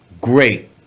great